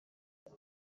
will